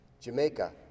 Jamaica